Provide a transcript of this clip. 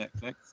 Netflix